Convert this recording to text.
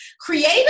Creative